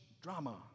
drama